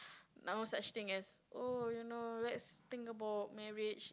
no such thing as oh you know let's think about marriage